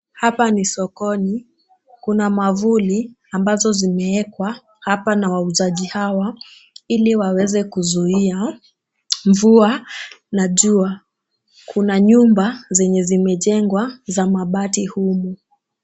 Hapa no sokoni ,kuna mwavuli ambazo zimeekwa hapa na wauzaji hawa ili waweze kuzuia mvua na jua. Kuna nyumba zenye zimejengwa za mabati humu.